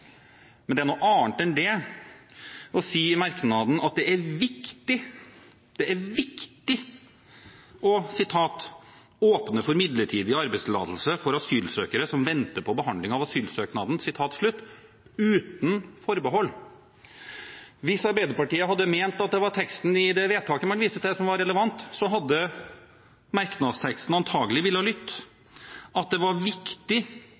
men det er noe annet enn å si i merknaden at det er viktig å «åpne for midlertidig arbeidstillatelse for asylsøkere som venter på behandling av asylsøknaden», uten forbehold. Hvis Arbeiderpartiet hadde ment at det var teksten i det vedtaket man viste til, som var relevant, hadde merknadsteksten antakelig ha lydt at det var viktig